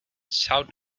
south